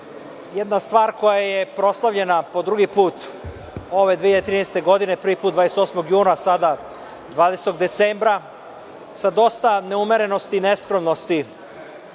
Jedna stvar koja je proslavljena po drugi put ove 2013. godine, prvi put 28. juna, a sada 20. decembra sa dosta neumerenosti i neskromnosti,